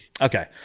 Okay